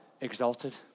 exalted